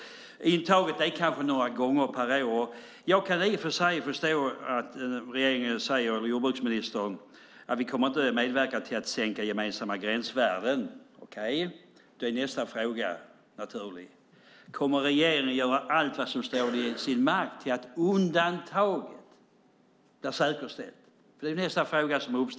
Intaget är kanske några gånger per år. Jag kan i och för sig förstå att jordbruksministern säger att Sverige inte kommer att medverka till att sänka gemensamma gränsvärden. Okej. Kommer regeringen att göra allt vad som står i dess makt för att säkerställa undantag?